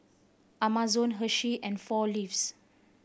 Amazon Hershey and Four Leaves